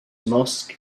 mosque